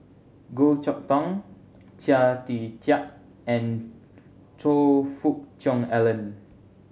Goh Chok Tong Chia Tee Chiak and Choe Fook Cheong Alan